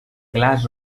glaç